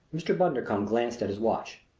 mr. bundercombe glanced at his watch.